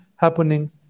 happening